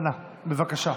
אנא, בבקשה,